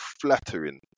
flattering